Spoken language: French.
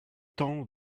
temps